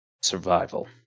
Survival